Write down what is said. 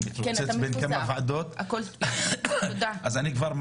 אני מתרוצץ בין כמה ועדות ולא בטוח שאני אהיה בדיון השני.